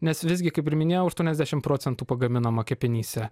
nes visgi kaip ir minėjau aštuoniasdešimt procentų pagaminama kepenyse